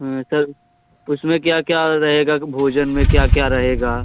sir उसमें क्या क्या रहेगा कि भोजन में क्या क्या रहेगा